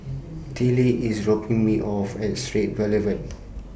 Teela IS dropping Me off At Straits Boulevard